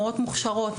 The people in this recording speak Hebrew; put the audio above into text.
מורות מוכשרות,